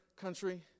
country